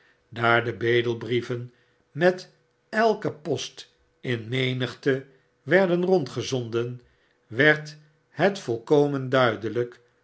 daar de bedelbrieven met elke post in menigte werden rondgezonden werd het volkomen duidelyk